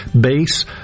base